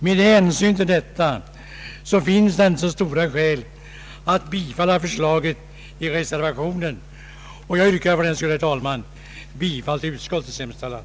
Med hänsyn härtill finns det, såvitt jag kan se, inga skäl att biträda reservationen, och jag yrkar därför bifall till utskottets hemställan.